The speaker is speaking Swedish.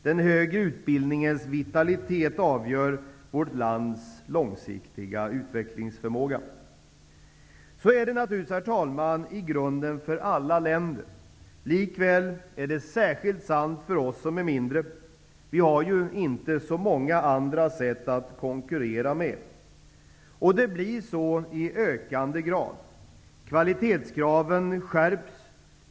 Den högre utbildningens vitalitet avgör vårt lands långsiktiga utvecklingsförmåga. Herr talman! Så är det naturligtvis i grunden för alla länder. Likväl är det särskilt sant för oss som är mindre. Vi har inte så många andra sätt att konkurrera på. Det blir så i ökande grad. Kvalitetskraven skärps.